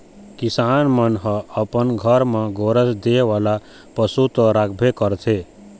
किसान मन ह अपन घर म गोरस दे वाला पशु तो राखबे करथे